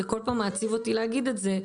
זה כל פעם מעציב אותי להגיד את זה: